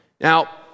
Now